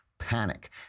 panic